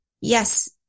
Yes